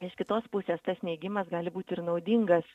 iš kitos pusės tas neigimas gali būti ir naudingas